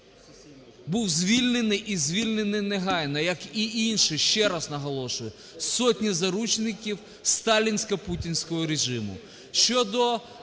був звільнений і звільнений негайно, як і інші, ще раз наголошую, сотні заручників сталінсько-путінського режиму.